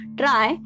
try